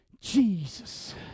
Jesus